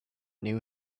new